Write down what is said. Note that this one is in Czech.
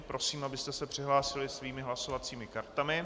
Prosím, abyste se přihlásili svými hlasovacími kartami.